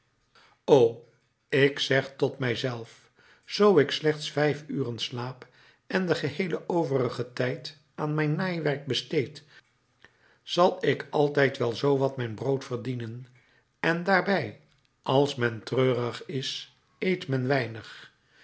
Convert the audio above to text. o ik zeg tot mij zelf zoo ik slechts vijf uren slaap en den geheelen overigen tijd aan mijn naaiwerk besteed zal ik altijd wel zoo wat mijn brood verdienen en daarbij als men treurig is eet men weinig